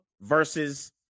versus